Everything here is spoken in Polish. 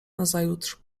nazajutrz